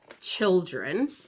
children